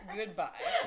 Goodbye